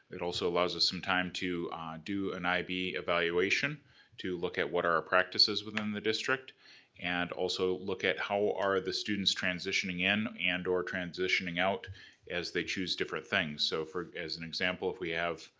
it also allows us some time to do an ib evaluation to look at what our practices within the district and also look at how are the students transitioning in and or transitioning out as they choose different things. so as an example, if we have,